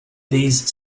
these